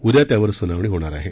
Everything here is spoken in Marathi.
उद्या त्यावर सुनावणी होणार आहे